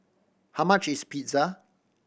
how much is Pizza